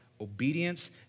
obedience